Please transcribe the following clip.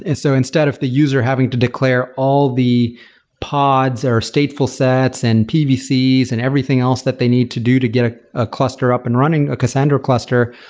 so instead of the user having to declare all the pods are stateful sets and pvcs and everything else that they need to do to get a ah cluster up and running a cassandra cluster.